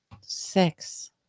Six